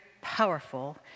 powerful